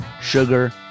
sugar